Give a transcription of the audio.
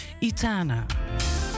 Itana